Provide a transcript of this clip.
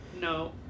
No